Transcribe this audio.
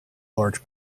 large